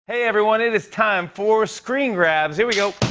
hey, everyone, it is time for screen grabs. here we go.